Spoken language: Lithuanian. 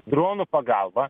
dronų pagalba